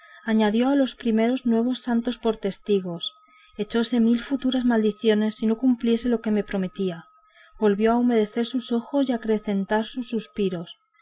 añadió a los primeros nuevos santos por testigos echóse mil futuras maldiciones si no cumpliese lo que me prometía volvió a humedecer sus ojos y a acrecentar sus suspiros